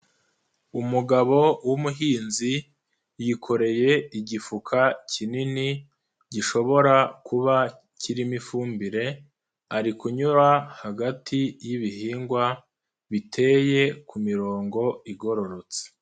Umugabo w'umuhinzi yikoreye igifuka kinini gishobora kuba kirimo ifumbire, ari kunyura hagati y'ibihingwa biteye ku mirongo igororotse.